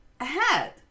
ahead